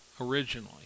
originally